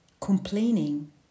Complaining